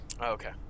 Okay